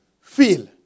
feel